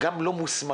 וגם לא מוסמכים